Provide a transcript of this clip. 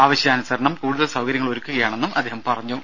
ആവശ്യാനുസരണം കൂടുതൽ സൌകര്യങ്ങൾ ഒരുക്കുകയാണെന്നും അദ്ദേഹം പറഞ്ഞു